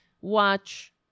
watch